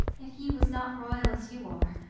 yet he was not royal as you are.